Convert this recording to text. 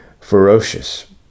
ferocious